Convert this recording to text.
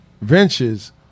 Ventures